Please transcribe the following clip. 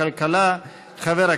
כולל חיוב בתשלום,